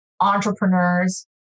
entrepreneurs